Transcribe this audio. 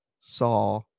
saw